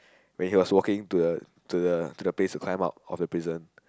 when he was walking to the to the to the place to climb out of the prison